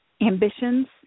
Ambitions